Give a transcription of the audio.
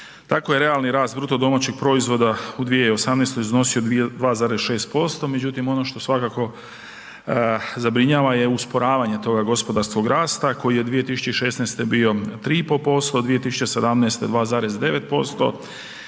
Tako je realni rast bruto domaćeg proizvoda u 2018. iznosi 2,6% međutim ono što svakako zabrinjava je usporavanje toga gospodarskog rasta koji je 2016. bio 3,5%, a 2017. 2,9%,